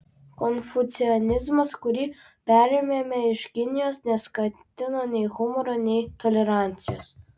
konfucianizmas kurį perėmėme iš kinijos neskatino nei humoro nei tolerancijos